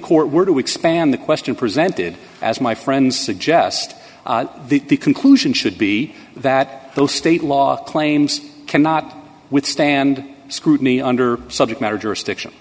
court were to expand the question presented as my friends suggest the conclusion should be that those state law claims cannot withstand scrutiny under subject matter jurisdiction